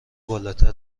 بالاتر